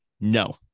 No